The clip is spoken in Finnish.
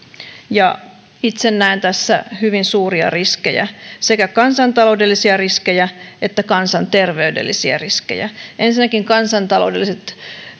itse näen tässä hyvin suuria riskejä sekä kansantaloudellisia riskejä että kansanterveydellisiä riskejä ensinnäkin kansantaloudelliset